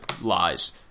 lies